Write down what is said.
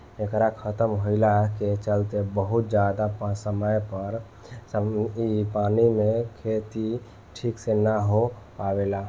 एकरा खतम भईला के चलते बहुत ज्यादा समय तक इ पानी मे के खेती ठीक से ना हो पावेला